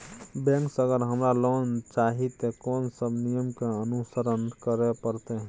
Bank से अगर हमरा लोन चाही ते कोन सब नियम के अनुसरण करे परतै?